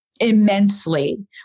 Immensely